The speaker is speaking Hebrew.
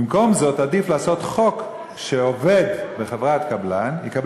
במקום זאת עדיף לעשות חוק שעובד בחברת קבלן יקבל